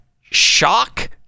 shock